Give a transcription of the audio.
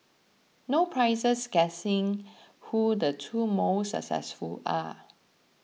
no prizes guessing who the two most successful are